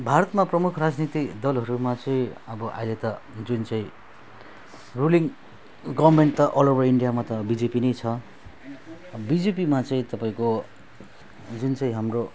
भारतमा प्रमुख राजनीति दलहरूमा चाहिँ अब अहिले त जुन चाहिँ रुलिङ गभर्मेन्ट त अल ओभर इन्डियामा त बिजेपी नै छ अब बिजेपिमा चाहिँ तपाईँको जुन चाहिँ हाम्रो